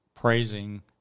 praising